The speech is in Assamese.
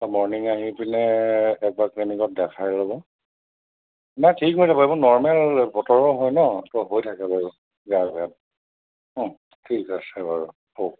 মৰ্ণিং আহি পিনে একবাৰ ক্লিনিকত দেখাই ল'ব নাই ঠিক হৈ যাব এইবোৰ নৰ্মেল বতৰৰ হয় ন ত' হৈ থাকে বাৰু গাঁৱে ভূঞে অঁ ঠিক আছে বাৰু হ'ব